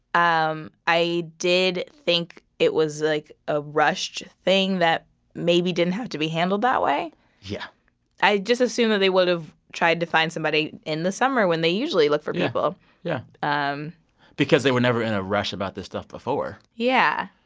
um i did think it was like a rushed thing that maybe maybe didn't have to be handled that way yeah i just assumed that they would've tried to find somebody in the summer when they usually look for people yeah um because they were never in a rush about this stuff before yeah.